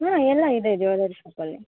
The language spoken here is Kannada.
ಹ್ಞೂ ಎಲ್ಲ ಇದೆ ಜ್ಯುವೆಲ್ಲರಿ ಶಾಪಲ್ಲಿ